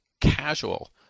casual